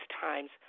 times